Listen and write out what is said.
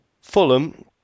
Fulham